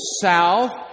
south